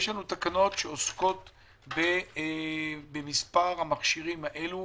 יש לנו תקנות שעוסקות במספר המכשירים האלו